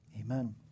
Amen